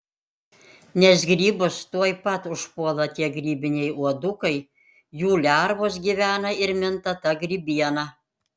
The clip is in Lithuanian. nes grybus tuoj pat užpuola tie grybiniai uodukai jų lervos gyvena ir minta ta grybiena